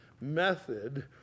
method